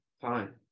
fine